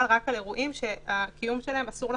רק על אירועים שהקיום שלהם אסור לחלוטין.